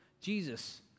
Jesus